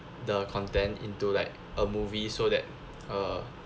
the content into like a movie so that uh